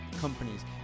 companies